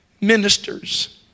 Ministers